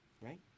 right